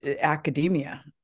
academia